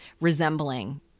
resembling